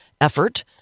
effort